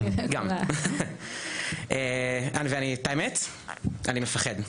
גם, והאמת אני מפחד,